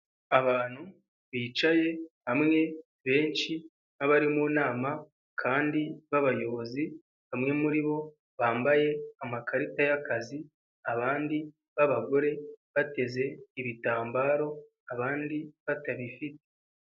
Abantu bicaye hamwe benshi, abari mu nama kandi b'abayobozi, bamwe muri bo bambaye amakarita y'akazi, abandi babagore bateze ibitambaro, abandi batabifite.